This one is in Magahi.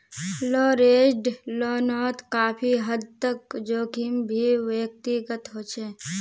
लवरेज्ड लोनोत काफी हद तक जोखिम भी व्यक्तिगत होचे